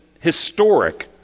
historic